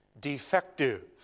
defective